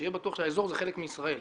שיהיה בטוח שהאזור זה חלק מישראל,